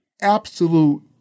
absolute